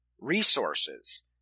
resources